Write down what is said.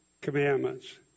commandments